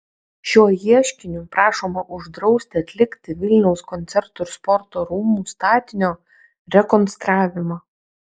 šiuo ieškiniu prašoma uždrausti atlikti vilniaus koncertų ir sporto rūmų statinio rekonstravimą